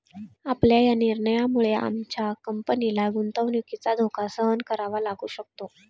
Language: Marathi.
आपल्या या निर्णयामुळे आमच्या कंपनीला गुंतवणुकीचा धोका सहन करावा लागू शकतो